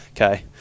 Okay